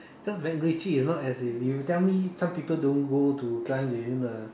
cause macritchie is not as if you tell me some people don't go to climb during a